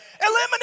Eliminate